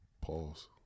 Pause